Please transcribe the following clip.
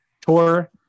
tour